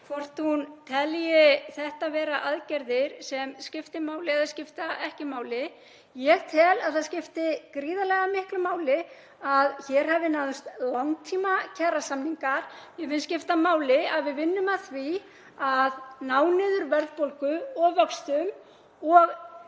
hvort hún telji þetta vera aðgerð sem skipti máli eða skipti ekki máli. Ég tel að það skipti gríðarlega miklu máli að hér hafi náðst langtímakjarasamningar. Mér finnst skipta máli að við vinnum að því að ná niður verðbólgu og vöxtum.